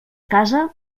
casa